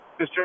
Mr